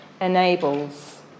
enables